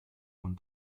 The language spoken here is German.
von